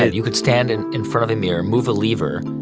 you could stand in in front of the mirror, move a lever.